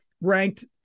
ranked